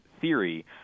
theory